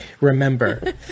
Remember